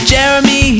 Jeremy